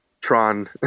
Tron